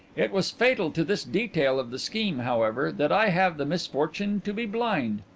it was fatal to this detail of the scheme, however, that i have the misfortune to be blind.